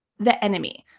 the enemy.